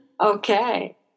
Okay